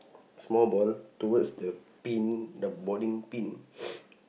small ball towards the pin the bowling pin